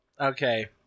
okay